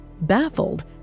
Baffled